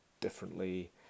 differently